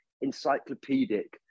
encyclopedic